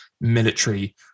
military